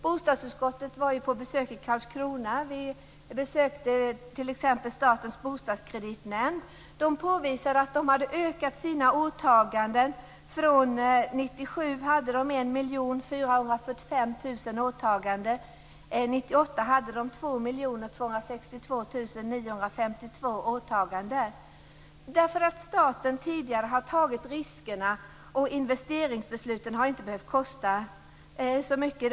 Bostadsutskottet var på besök i Karlskrona. Vi besökte t.ex. Statens bostadskreditnämnd. De påvisade att de hade ökat sina åtaganden. År 1997 hade de 1 445 000 åtaganden, 1998 hade de 2 262 952 åtaganden, därför att staten tidigare har tagit riskerna, och investeringsbesluten har inte behövt kosta så mycket.